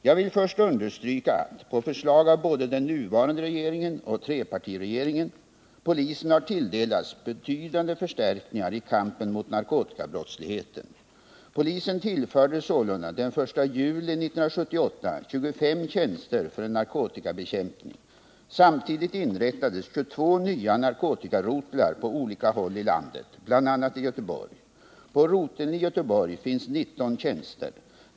Jag vill först understryka att, på förslag av både den nuvarande regeringen och trepartiregeringen, polisen har tilldelats betydande förstärkningar i kampen mot narkotikabrottsligheten. Polisen tillfördes sålunda den 1 juli 1978 25 tjänster för narkotikabekämpning. Samtidigt inrättades 22 nya narkotikarotlar på olika håll i landet, bl.a. i Göteborg. På roteln i Göteborg finns 19 tjänster.